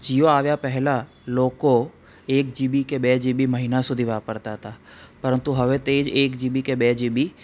જીઓ આવ્યા પહેલા લોકો એક જીબી કે બે જીબી મહિના સુધી વાપરતા હતા પરંતુ હવે તે જ એક જીબી કે બે જીબી